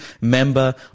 member